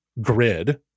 grid